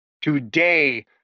Today